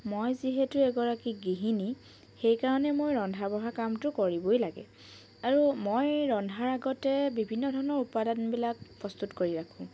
মই যিহেতু এগৰাকী গৃহিনী সেইকাৰণে মই ৰন্ধা বঢ়া কামটো কৰিবই লাগে আৰু মই ৰন্ধাৰ আগতে বিভিন্ন ধৰণৰ উপাদানবিলাক প্ৰস্তুত কৰি ৰাখো